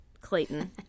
Clayton